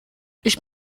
ich